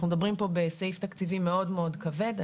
אנחנו מדברים פה בסעיף תקציבי מאוד מאוד' כבד.